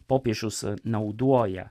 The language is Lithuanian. popiežius naudoja